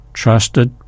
trusted